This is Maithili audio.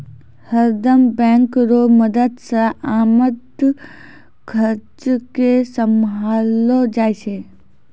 हरदम बैंक रो मदद से आमद खर्चा के सम्हारलो जाय छै